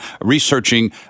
researching